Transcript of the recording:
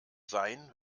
sein